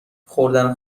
خوردن